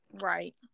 Right